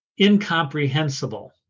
incomprehensible